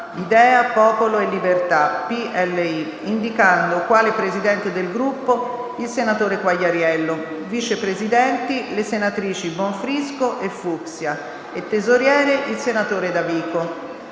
(Idea-Popolo e Libertà, PLI), indicando quale Presidente del Gruppo il senatore Quagliariello, Vice Presidenti le senatrici Bonfrisco e Fucksia e Tesoriere il senatore Davico.